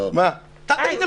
אלי, אלי.